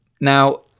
Now